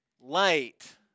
Light